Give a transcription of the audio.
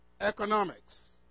Economics